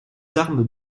armes